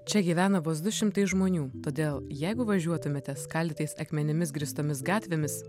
čia gyvena vos du šimtai žmonių todėl jeigu važiuotumėte skaldytais akmenimis grįstomis gatvėmis